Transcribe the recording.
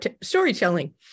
storytelling